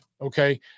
okay